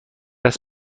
است